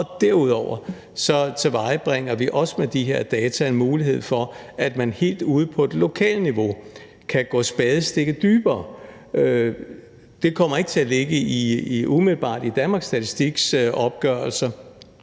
Derudover tilvejebringer vi også med de her data en mulighed for, at man helt ude på det lokale niveau kan gå et spadestik dybere. Det kommer ikke umiddelbart til at ligge i Danmarks Statistiks opgørelser,